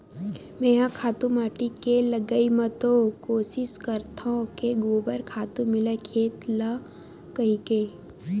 मेंहा खातू माटी के लगई म तो कोसिस करथव के गोबर खातू मिलय खेत ल कहिके